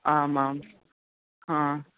आमां हा